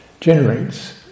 generates